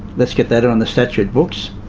let's get that on the statute books,